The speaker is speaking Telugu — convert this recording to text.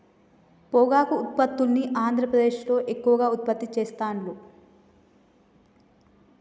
పొగాకు ఉత్పత్తుల్ని ఆంద్రప్రదేశ్లో ఎక్కువ ఉత్పత్తి చెస్తాండ్లు